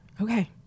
okay